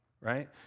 right